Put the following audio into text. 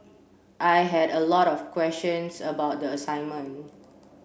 I had a lot of questions about the assignment